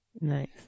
Nice